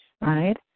Right